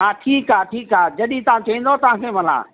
हा ठीकु आहे ठीकु आहे जॾहिं तव्हां चईंदव तव्हांखे भला